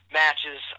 matches